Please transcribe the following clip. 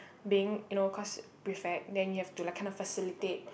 being you know cause prefect then you have to kind of facilitate